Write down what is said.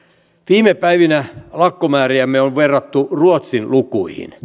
viime päivinä lakkomääriämme on verrattu ruotsin lukuihin